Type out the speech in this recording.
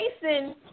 Jason